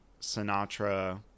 Sinatra